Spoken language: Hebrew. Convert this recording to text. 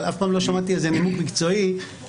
אבל אף פעם לא שמעתי איזה נימוק מקצועי למה